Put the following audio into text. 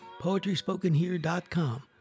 poetryspokenhere.com